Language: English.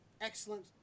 excellent